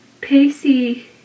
Pacey